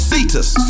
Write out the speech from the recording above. Cetus